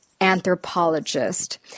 anthropologist